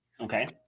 Okay